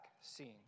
seeing